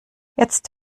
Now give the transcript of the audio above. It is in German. jetzt